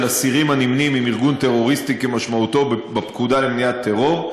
אסירים הנמנים עם ארגון טרוריסטי כמשמעותו בפקודה למניעת טרור,